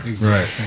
Right